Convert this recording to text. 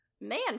man